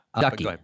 Ducky